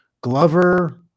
Glover